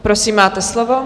Prosím, máte slovo.